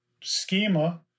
schema